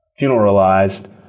funeralized